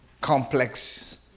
complex